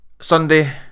Sunday